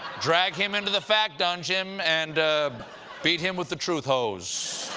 drag him into the fact dungeon, and beat him with the truth hose.